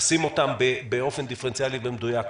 לשים אותם באופן דיפרנציאלי ומדויק,